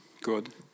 good